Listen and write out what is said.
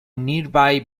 nearby